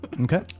Okay